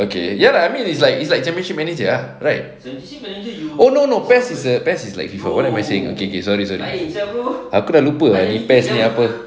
okay ya lah I mean it's like it's like championship manager ah right oh no no best is the best is like FIFA what am I saying okay okay sorry sorry aku dah lupa defence ni apa